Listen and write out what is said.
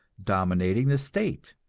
dominating the state,